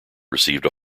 received